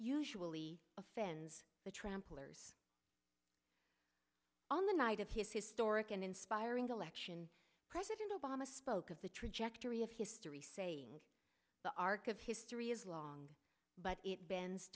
usually offends the trample or on the night of his historical inspiring election president obama spoke of the trajectory of history saying the arc of history is long but it b